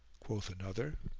quoth another,